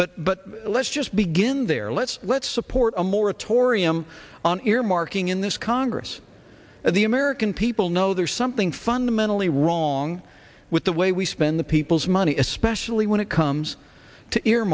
but but let's just begin there let's let's support a moratorium on earmarking in this congress and the american people know there's something fundamentally wrong with the way we spend the people's money especially when it comes to